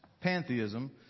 pantheism